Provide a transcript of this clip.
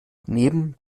neben